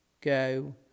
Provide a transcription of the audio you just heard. go